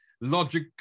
logic